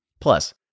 Plus